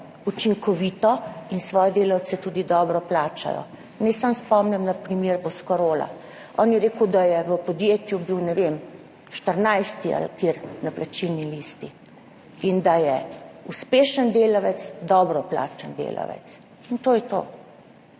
učinkovito in svoje delavce tudi dobro plačajo. Naj samo spomnim na primer Boscarola, ki je rekel, da je bil v podjetju, ne vem, 14. ali kateri na plačilni listi in da je uspešen delavec dobro plačan delavec, in to je to.